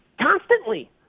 constantly